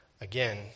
again